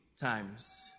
times